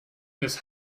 this